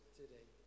today